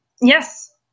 Yes